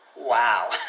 Wow